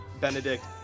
Benedict